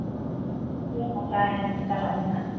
ᱴᱷᱤᱠᱜᱮᱭᱟ ᱜᱟᱯᱟᱧ ᱪᱟᱞᱟᱜᱼᱟᱹᱧ ᱦᱟᱸᱜ